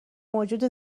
موجود